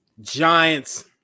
Giants